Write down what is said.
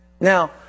Now